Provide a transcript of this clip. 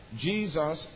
Jesus